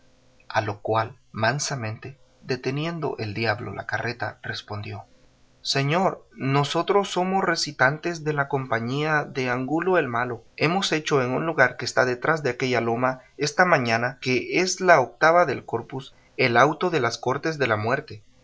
a lo cual mansamente deteniendo el diablo la carreta respondió señor nosotros somos recitantes de la compañía de angulo el malo hemos hecho en un lugar que está detrás de aquella loma esta mañana que es la octava del corpus el auto de las cortes de la muerte